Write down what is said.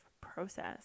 process